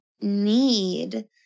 need